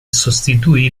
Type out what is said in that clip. sostituì